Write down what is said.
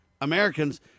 Americans –